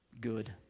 good